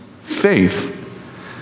faith